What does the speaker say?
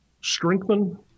strengthen